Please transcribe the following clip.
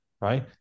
right